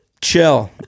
Chill